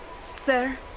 Sir